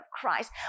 Christ